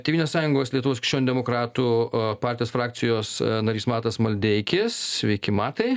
tėvynės sąjungos lietuvos krikščionių demokratų partijos frakcijos narys matas maldeikis sveiki matai